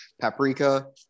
paprika